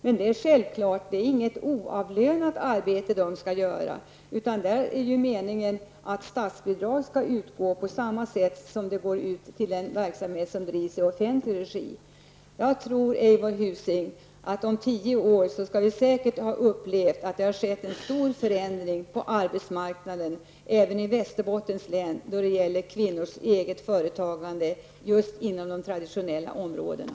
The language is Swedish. Men det är självfallet inget oavlönat arbete de skall utföra. Meningen är ju att statsbidrag skall utgå på samma sätt som till den verksamhet som bedrivs i offentlig regi. Jag tror, Eivor Husing, att vi om tio år säkert skall ha upplevt att det har skett en stor förändring på arbetsmarknaden även i Västerbottens län då det gäller kvinnors eget företagande just på de traditionella områdena.